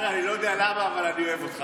אני לא יודע למה, אבל אני אוהב אותך.